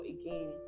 again